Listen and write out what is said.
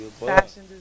fashion